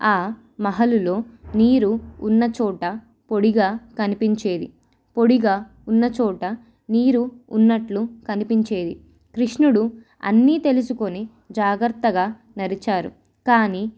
ఆ మహలులో నీరు ఉన్నచోట పొడిగా కనిపించేది పొడిగా ఉన్నచోట నీరు ఉన్నట్లు కనిపించేది కృష్ణుడు అన్నీ తెలుసుకొని జాగ్రత్తగా నడిచారు కానీ